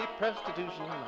prostitution